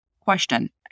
question